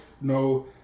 no